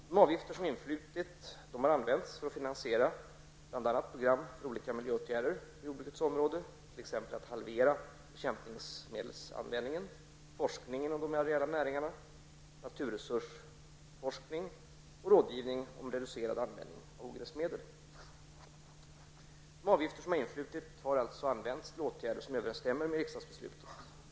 De avgifter som influtit har använts för finansiering av bl.a. program för olika miljöåtgärder på jordbrukets område, t.ex. att halvera bekämpningsmedelsanvändningen, forskning inom de areella näringarna, naturresursforskning och rådgivning om reducerad användning av ogräsmedel. Influtna avgifter har således använts till åtgärder som överensstämmer med riksdagsbeslutet.